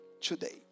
today